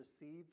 receive